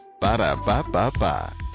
Ba-da-ba-ba-ba